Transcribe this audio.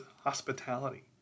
hospitality